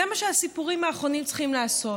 זה מה שהסיפורים האחרונים צריכים לעשות,